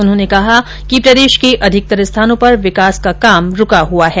उन्होंने कहा कि प्रदेश के अधिकतर स्थानों पर विकास का काम रूका हुआ है